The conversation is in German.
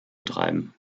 treiben